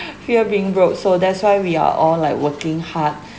fear being broke so that's why we are all like working hard